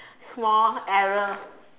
small error